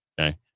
okay